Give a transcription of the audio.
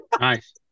Nice